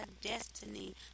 destiny